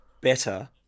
better